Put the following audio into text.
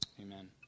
Amen